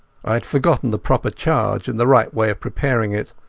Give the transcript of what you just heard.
i had forgotten the proper charge and the right way of preparing it,